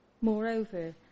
Moreover